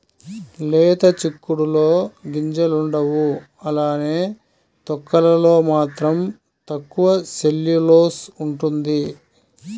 లేత చిక్కుడులో గింజలుండవు అలానే తొక్కలలో మాత్రం తక్కువ సెల్యులోస్ ఉంటుంది